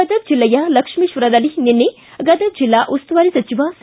ಗದಗ ಜಿಲ್ಲೆಯ ಲಕ್ಷ್ಮೇಶ್ವರದಲ್ಲಿ ನಿನ್ನೆ ಗದಗ ಜಿಲ್ಲಾ ಉಸ್ತುವಾರಿ ಸಚಿವ ಸಿ